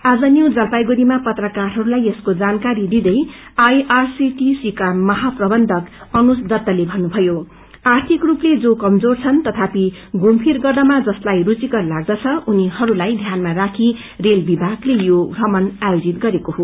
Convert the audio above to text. आज न्यू जलापाईगुड़ीमा पत्रकारहरूलाई यसको जानकारी दिंदै आईआरसीटि दुसी का महाप्रबन्ज्ञधक अनुज दत्तले भन्नुभयो आर्थिक रूपले जो कमजोर छन् तथापि घुमुफिर गर्नमा जसलाई रूघिकार लाग्दछ उनीहरूलाई ध्यानमा राखि रेल विभागले यो भ्रमण आयोजित गरेको हो